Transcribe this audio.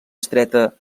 estreta